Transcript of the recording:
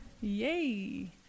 Yay